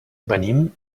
venim